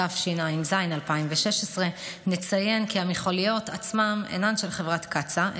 התשע"ז 2016. נציין כי המכליות עצמן אינן של חברת קצא"א,